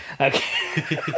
Okay